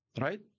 Right